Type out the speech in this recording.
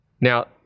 now